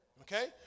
Okay